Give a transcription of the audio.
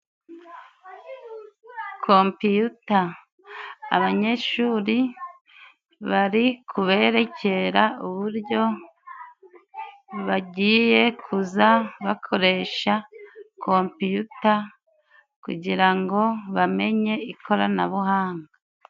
Kompiyuta. abanyeshuri bari kubererekera uburyo bagiye kuza bakoresha kompiyuta, kugira ngo bamenye ikoranabuhanga.